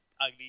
ugly